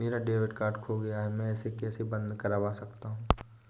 मेरा debit card खो गया है मैं इसे कैसे बंद करवा सकता हूँ?